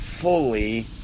fully